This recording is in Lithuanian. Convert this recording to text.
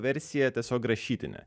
versija tiesiog rašytinė